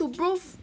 but then I think